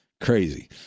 Crazy